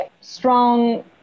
strong